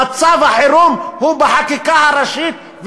מצב החירום הוא בחקיקה הראשית,